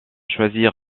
choisir